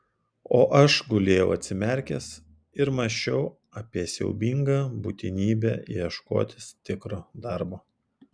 o aš gulėjau atsimerkęs ir mąsčiau apie siaubingą būtinybę ieškotis tikro darbo